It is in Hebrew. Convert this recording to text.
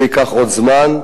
זה ייקח עוד זמן.